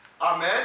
Amen